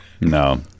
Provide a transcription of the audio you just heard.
No